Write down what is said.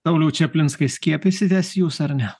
sauliau čaplinskai skiepykitės jūs ar ne